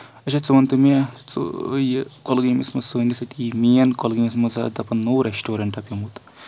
اَچھا ژٕ وَن تہٕ مےٚ ژٕ یہِ کۄلگٲمِس منٛز سٲنِس ییٚتہِ یہِ مین کۄلگٲمِس منٛز دَپان نوٚو ریسٹورنٛٹا پیومُت